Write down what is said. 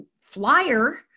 flyer